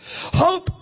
Hope